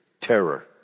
Terror